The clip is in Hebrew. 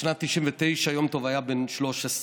בשנת 1999 יום טוב היה בן 13,